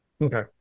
Okay